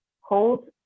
hold